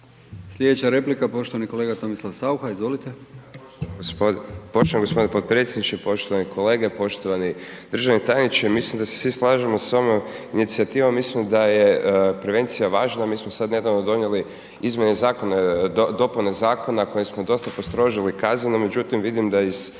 Sljedeća replika poštovani kolega Tomislav Saucha. Izvolite. **Saucha, Tomislav (Nezavisni)** Poštovani gospodine potpredsjedniče, poštovani kolege. Poštovani državni tajniče, mislim da se svi slažemo .../Govornik se ne razumije./... inicijativa mislim da je prevencija važna. Mi smo sad nedavno donijeli izmjene zakona, dopune zakona koje smo dosta postrožili kazneno, međutim vidim da iz,